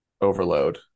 overload